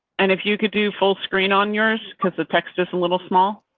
and if you could do full screen on yours, because the text is a little small.